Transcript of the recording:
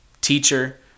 teacher